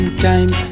time